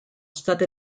state